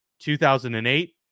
2008